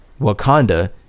Wakanda